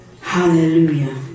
Hallelujah